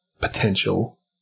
potential